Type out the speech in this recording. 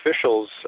officials